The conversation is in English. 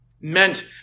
meant